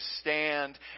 stand